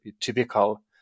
typical